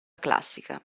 classica